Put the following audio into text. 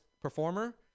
performer